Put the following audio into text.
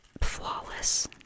flawless